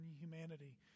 humanity